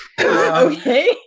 Okay